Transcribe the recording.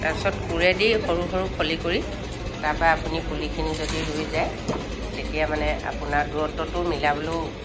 তাৰপিছত কোৰেদি সৰু সৰু খলি কৰি তাৰপৰা আপুনি পুলিখিনি যদি ৰুই যায় তেতিয়া মানে আপোনাৰ দূৰত্বটো মিলাবলৈও